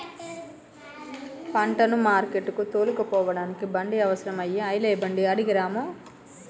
పంటను మార్కెట్టుకు తోలుకుపోడానికి బండి అవసరం అయి ఐలయ్య బండి అడిగే రాము